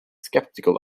skeptical